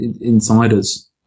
insiders